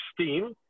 steam